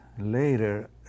later